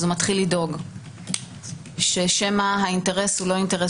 הוא מתחיל לדאוג שמא האינטרס הוא לא אינטרס